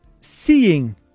seeing